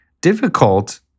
difficult